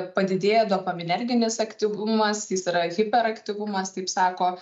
padidėjęs dopaminerginis aktyvumas jis yra hiperaktyvumas taip sako